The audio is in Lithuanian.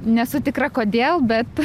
nesu tikra kodėl bet